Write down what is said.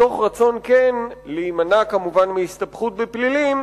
מתוך רצון כן להימנע מהסתבכות בפלילים,